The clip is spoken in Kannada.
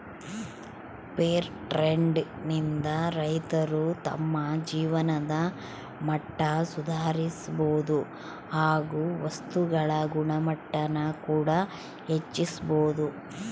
ಫೇರ್ ಟ್ರೆಡ್ ನಿಂದ ರೈತರು ತಮ್ಮ ಜೀವನದ ಮಟ್ಟ ಸುಧಾರಿಸಬೋದು ಹಾಗು ವಸ್ತುಗಳ ಗುಣಮಟ್ಟಾನ ಕೂಡ ಹೆಚ್ಚಿಸ್ಬೋದು